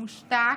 מושתק,